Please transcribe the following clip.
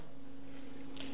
אדוני היושב-ראש,